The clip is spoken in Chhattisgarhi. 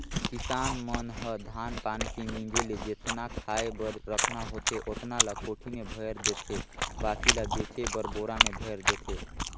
किसान मन ह धान पान के मिंजे ले जेतना खाय बर रखना होथे ओतना ल कोठी में भयर देथे बाकी ल बेचे बर बोरा में भयर देथे